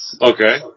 Okay